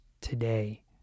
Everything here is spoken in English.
today